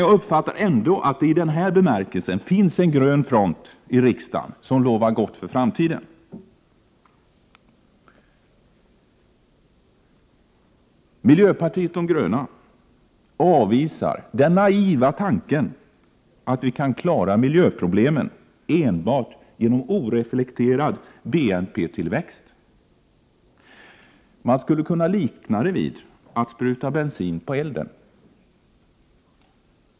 Jag uppfattar ändå att det i den här bemärkelsen finns en grön front i riksdagen som lovar gott för framtiden. Miljöpartiet de gröna avvisar den naiva tanken att vi kan klara miljöproblemen enbart genom oreflekterad BNP-tillväxt. Man skulle kunna likna det vid att spruta bensin på elden.